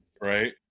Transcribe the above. Right